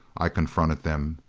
i confronted them.